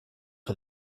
for